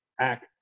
act